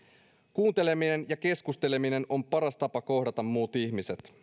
kuunteleminen ja keskusteleminen on paras tapa kohdata muut ihmiset